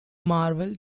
marvel